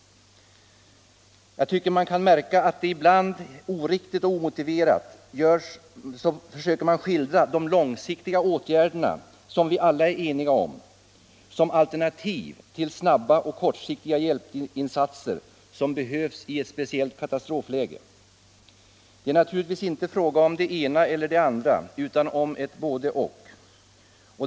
ajöss blosriptndetänens sen Jag har tyckt mig märka att man ibland oriktigt och helt omotiverat = Ytterligare insatser försöker skildra de långsiktiga åtgärderna, som vi alla är eniga om, som = för svältdrabbade alternativ till de snabba och kortsiktiga hjälpinsatser som behövs i ett — länder speciellt katastrofläge. Det är naturligtvis inte fråga om det ena eller det andra utan ett både-och.